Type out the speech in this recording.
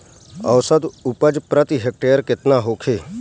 औसत उपज प्रति हेक्टेयर केतना होखे?